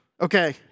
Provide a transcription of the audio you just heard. Okay